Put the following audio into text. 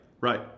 Right